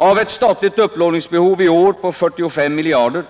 Av ett statligt upplåningsbehov i år på 45 miljarder